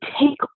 take